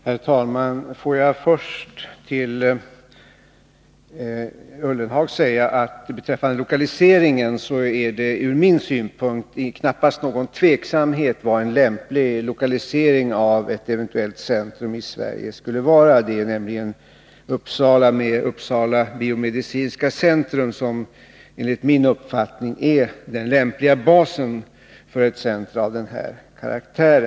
Herr talman! Får jag först till herr Ullenhag säga att det beträffande lokaliseringen ur min synpunkt knappast är någon tveksamhet om var en lämplig lokalisering av ett eventuellt centrum i Sverige skulle vara. Det är Uppsala med Uppsala biomedicinska centrum som enligt min uppfattning är den lämpliga basen för ett center av denna karaktär.